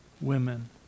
women